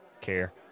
care